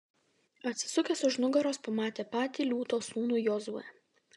atsisukęs už nugaros pamatė patį liūto sūnų jozuę